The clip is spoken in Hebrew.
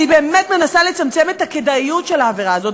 אני באמת מנסה לצמצם את הכדאיות של העבירה הזאת.